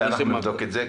אנחנו נבדוק את זה.